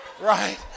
Right